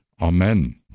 Amen